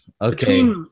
Okay